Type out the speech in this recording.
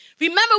Remember